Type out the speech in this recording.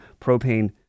propane